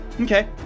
okay